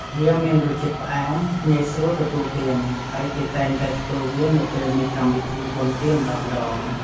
វាមានរសជាតិផ្អែម ងាយស្រួលទទួលទាន ហើយគេតែងតែធ្វើវានៅពេលមានកម្មវិធីបុណ្យទានម្តងៗ។